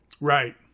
Right